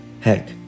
Heck